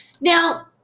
Now